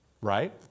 Right